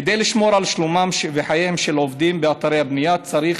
כדי לשמור על שלומם וחייהם של עובדים באתרי הבנייה צריך